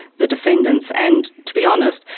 the defendants and, to be honest,